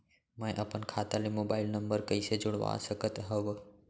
मैं अपन खाता ले मोबाइल नम्बर कइसे जोड़वा सकत हव?